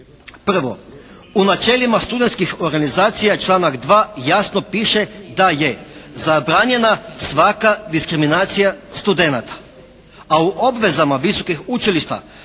Prvo, u načelima studentskih organizacija članak 2. jasno piše da je zabranjena svaka diskriminacija studenata, a u obvezama visokih učilišta